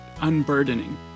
unburdening